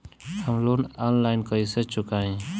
हम loan online कइसे चुकाई?